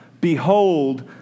Behold